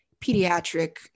pediatric